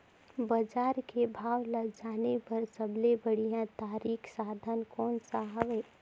बजार के भाव ला जाने बार सबले बढ़िया तारिक साधन कोन सा हवय?